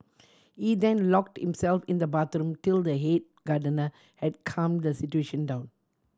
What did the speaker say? he then locked himself in the bathroom till the head gardener had calmed the situation down